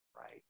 right